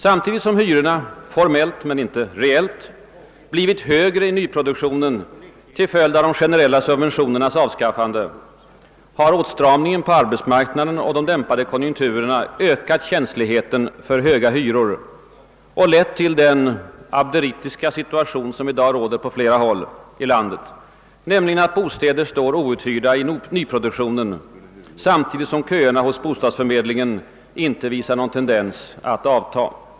Samtidigt som hyrorna — formellt men inte reellt — blivit högre i nyproduktionen till följd av de generella subventionernas avskaffande har åtstramningen på arbetsmarknaden och de dämpade konjunkturerna ökat känsligheten för höga hyror och lett till den abderitiska situation, som i dag råder på flera håll i landet, nämligen att bostäder i nyproduktionen står outhyrda samtidigt som köerna hos bostadsförmedlingarna inte visar någon tendens att avta.